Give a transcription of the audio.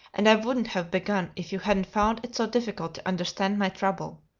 and i wouldn't have begun if you hadn't found it so difficult to understand my trouble.